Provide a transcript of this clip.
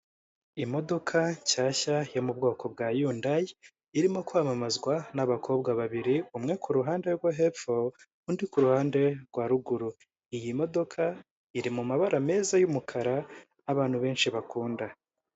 Imodoka nshyashya yo mu bwoko bwa yundayi irimo kwamamazwa n'abakobwa babiri, umwe ku ruhande rwo hepfo undi ku ruhande rwa ruguru. Iyi modoka iri mu mabara meza y'umukara abantu benshi bakunda.